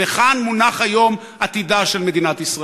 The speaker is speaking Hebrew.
וכאן מונח היום עתידה של מדינת ישראל.